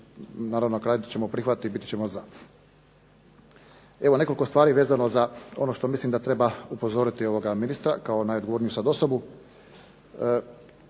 naravno na kraju ćemo prihvatiti i biti ćemo za. Evo nekoliko stvari za ono što mislim da treba upozoriti ministra kao najodgovorniju sad osobu.